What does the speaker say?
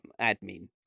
admin